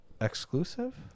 exclusive